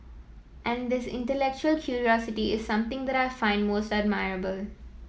and this intellectual curiosity is something that I find most admirable